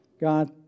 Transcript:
God